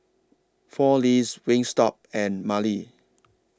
four Leaves Wingstop and Mili